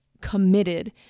committed